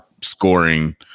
scoring